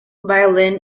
violin